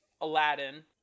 Aladdin